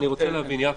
אני רוצה להבין, יעקב,